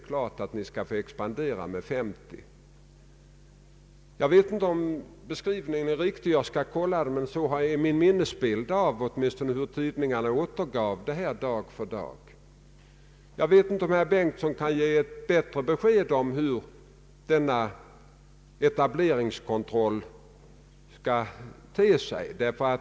Avger man en deklaration om att befolkningen i ett visst område skall uppgå till samma antal som den har i dag, måste detta föregås av mycket grundliga överväganden och utredningar.